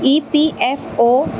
E P F O